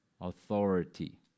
Authority